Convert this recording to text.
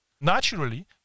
Naturally